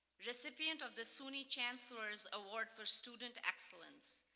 recipient of the suny chancellor's award for student excellence.